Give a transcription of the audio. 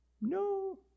No